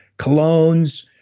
colognes,